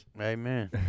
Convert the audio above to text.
Amen